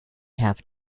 have